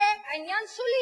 זה עניין שולי.